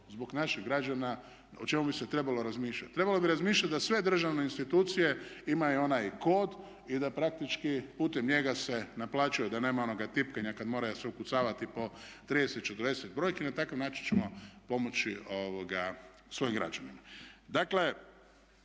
zbog naših građana, o čemu bi se trebalo razmišljati. Trebalo bi razmišljati da sve državne institucije imaju onaj kod i da praktički putem njega se naplaćuje da nema onoga tipkanja kada mora se ukucavati po 30, 40 brojki, na takav način ćemo pomoći svojim građanima.